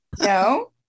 No